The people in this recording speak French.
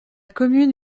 commune